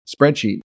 spreadsheet